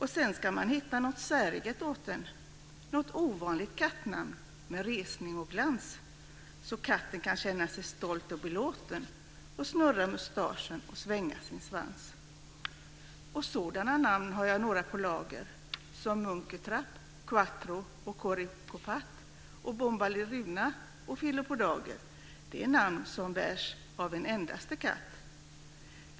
Och sen ska man hitta nåt säreget åt'en, nåt ovanligt kattnamn med resning och glans så katten kan känna sig stolt och belåten och snurra mustaschen och svänga sin svans. Och sådana namn har jag några på lager som Munkustrap, Quaxo och Korikopatt och Bombalurina och Fille Podager. Det är namn som blott bärs av en endaste katt.